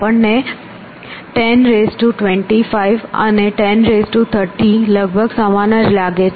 આપણને 10 25 અને 10 30 લગભગ સમાન જ લાગે છે